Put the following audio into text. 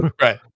Right